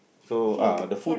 so ah the food